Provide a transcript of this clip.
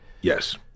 Yes